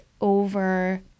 over